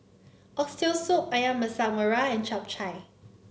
Oxtail Soup ayam Masak Merah and Chap Chai